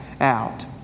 out